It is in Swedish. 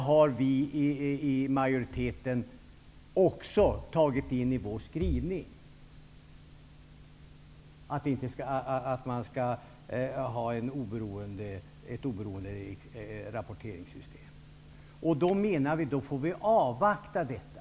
Vi i majoriteten har också tagit in i vår skrivning att man skall ha ett oberoende rapporteringssystem. Då får vi avvakta.